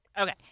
Okay